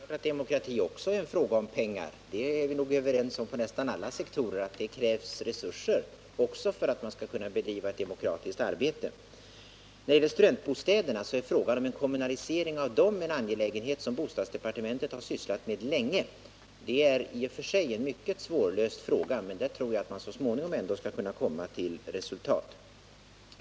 Herr talman! Det är klart att demokrati också är en fråga om pengar. Det är vi nog inom nästan alla sektorer överens om — att det krävs resurser också för att man skall kunna bedriva ett demokratiskt arbete. Frågan om en kommunalisering av studentbostäderna har bostadsdepartementet sysslat med länge. Det är i och för sig en mycket svårlöst fråga, men jag tror att man så småningom skall kunna komma till ett resultat.